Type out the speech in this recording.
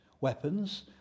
weapons